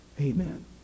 Amen